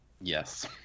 Yes